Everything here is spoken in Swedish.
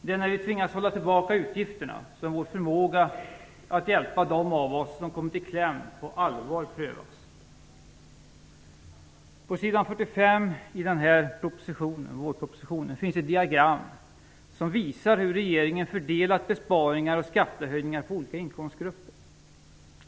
Det är när vi tvingas att hålla tillbaka utgifterna som vår förmåga att hjälpa dem som kommit i kläm på allvar prövas. På s. 45 i vårpropositionen finns ett diagram som visar hur regeringen fördelat besparingar och skattehöjningar på olika inkomstgrupper.